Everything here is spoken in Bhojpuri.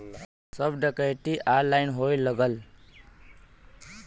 सब डकैती ऑनलाइने होए लगल